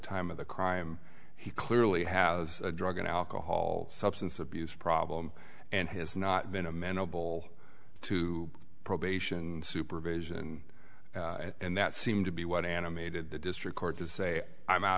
time of the crime he clearly has a drug and alcohol substance abuse problem and has not been amenable to probation supervision and that seemed to be what animated the district court to say i'm out